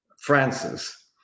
Francis